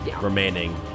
remaining